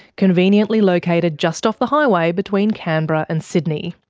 conveniently located just off the highway between canberra and sydney.